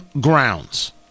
grounds